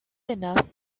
enough